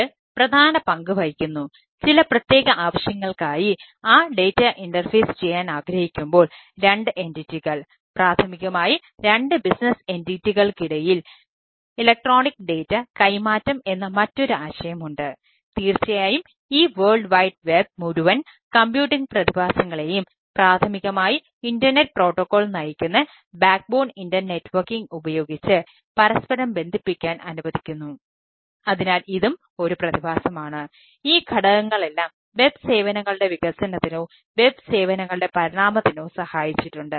ഇത് പ്രധാന പങ്കുവഹിക്കുന്നു ചില പ്രത്യേക ആവശ്യങ്ങൾക്കായി ആ ഡാറ്റ സേവനങ്ങളുടെ പരിണാമത്തിനോ സഹായിച്ചിട്ടുണ്ട്